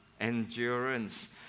endurance